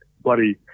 bloody